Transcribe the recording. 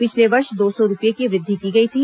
पिछले वर्ष दो सौ रूपए की वृद्धि की गई थी